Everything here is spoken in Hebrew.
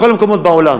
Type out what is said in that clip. בכל המקומות בעולם,